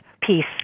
peace